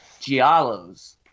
Giallos